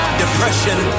depression